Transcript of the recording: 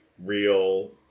real